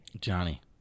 Johnny